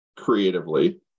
Creatively